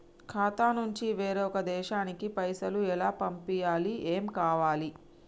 ఖాతా నుంచి వేరొక దేశానికి పైసలు ఎలా పంపియ్యాలి? ఏమేం కావాలి?